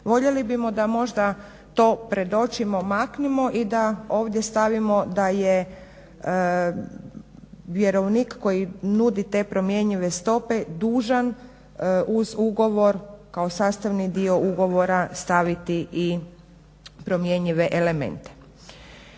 Voljeli bismo da možda to predočimo, maknemo i da ovdje stavimo da je vjerovnik koji nudi te promjenjive stope dužan uz ugovor kao sastavni dio ugovora staviti i promjenjive elemente.